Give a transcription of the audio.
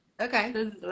Okay